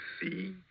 see